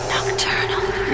Nocturnal